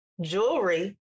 Jewelry